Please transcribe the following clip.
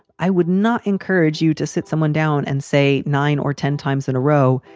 i would not encourage you to sit someone down and say nine or ten times in a row.